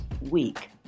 week